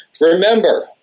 Remember